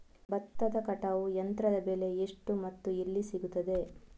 ಭತ್ತದ ಕಟಾವು ಯಂತ್ರದ ಬೆಲೆ ಎಷ್ಟು ಮತ್ತು ಎಲ್ಲಿ ಸಿಗುತ್ತದೆ?